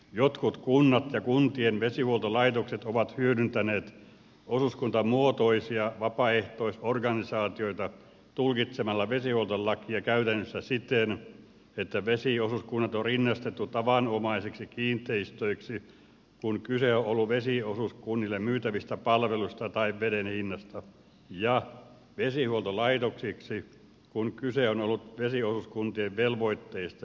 jotkut kunnat ja kuntien vesihuoltolaitokset ovat hyödyntäneet osuuskuntamuotoisia vapaaehtoisorganisaatioita tulkitsemalla vesihuoltolakia käytännössä siten että vesiosuuskunnat on rinnastettu tavanomaisiksi kiinteistöiksi kun kyse on ollut vesiosuuskunnille myytävistä palveluista tai veden hinnasta ja vesihuoltolaitoksiksi kun kyse on ollut vesiosuuskuntien velvoitteista ja vastuista